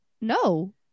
No